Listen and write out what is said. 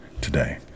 today